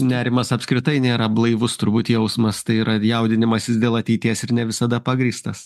nerimas apskritai nėra blaivus turbūt jausmas tai yra ir jaudinimasis dėl ateities ir ne visada pagrįstas